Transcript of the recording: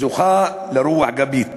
זוכה לרוח גבית